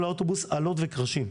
כל האוטובוס אלות וקרשים.